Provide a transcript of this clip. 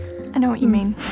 i know what you mean,